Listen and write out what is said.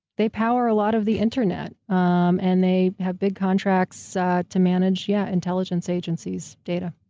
they power a lot of the internet. um and they have big contracts ah to manage, yeah, intelligence agencies' data.